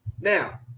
Now